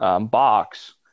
box